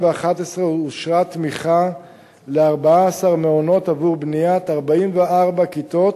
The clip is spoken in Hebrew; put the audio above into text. אושרה תמיכה ל-14 מעונות עבור בניית 44 כיתות,